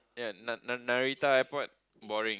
ya na~ na~ Narita airport boring